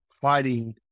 fighting